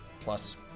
plus